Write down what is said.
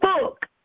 book